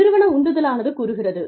நிறுவன உந்துதலானது கூறுகிறது